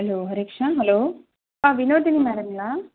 hello Hariksha hello ஆ வினோதினி மேடம்ங்களா